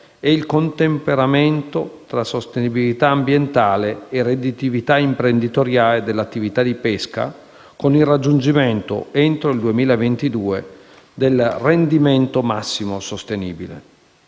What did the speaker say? e il contemperamento tra sostenibilità ambientale e redditività imprenditoriale dell'attività di pesca con il raggiungimento, entro il 2022, del rendimento massimo sostenibile.